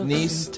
Niece